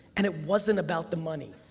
and it wasn't about the money.